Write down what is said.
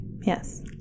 Yes